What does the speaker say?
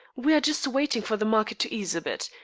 we are just waiting for the market to ease a bit,